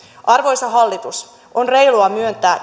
arvoisa hallitus on reilua myöntää